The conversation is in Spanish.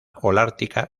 holártica